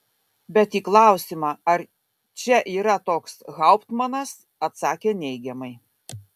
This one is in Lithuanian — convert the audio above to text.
bet į klausimą ar čia yra toks hauptmanas atsakė neigiamai